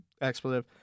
expletive